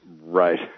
Right